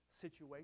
situation